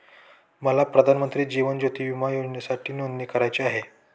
मला प्रधानमंत्री जीवन ज्योती विमा योजनेसाठी नोंदणी करायची आहे